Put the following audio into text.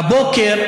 בבוקר,